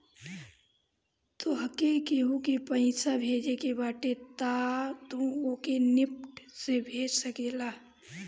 तोहके केहू के पईसा भेजे के बाटे तअ तू ओके निफ्ट से भेज सकेला